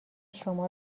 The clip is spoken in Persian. شما